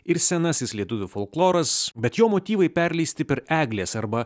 ir senasis lietuvių folkloras bet jo motyvai perleisti per eglės arba